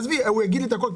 עזבי, הוא יגיד את הכול.